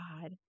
God